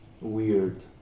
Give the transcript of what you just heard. weird